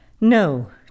No